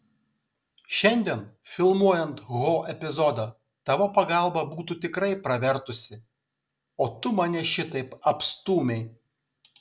šiandien filmuojant ho epizodą tavo pagalba būtų tikrai pravertusi o tu mane šitaip apstūmei